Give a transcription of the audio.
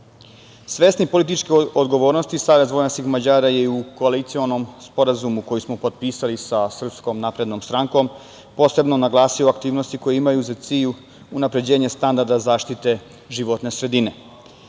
političke odgovornosti, Savez vojvođanskih Mađara je i u koalicionom sporazumu koji smo potpisali sa Srpskom naprednom strankom, posebno naglasila aktivnosti koje imaju za cilj unapređenje standarda zaštite životne